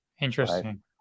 Interesting